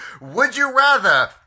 would-you-rather